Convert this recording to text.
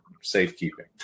safekeeping